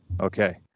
Okay